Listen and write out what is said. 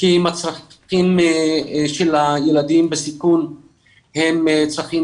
כי הצרכים של הילדים בסיכון הם צרכים